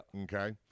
Okay